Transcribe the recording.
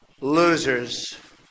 losers